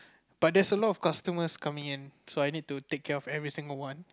but there's a lot of customers coming in so I need to take care of every single one